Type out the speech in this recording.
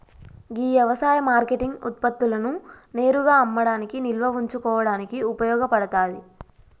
గీ యవసాయ మార్కేటింగ్ ఉత్పత్తులను నేరుగా అమ్మడానికి నిల్వ ఉంచుకోడానికి ఉపయోగ పడతాది